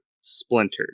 splintered